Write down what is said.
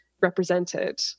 represented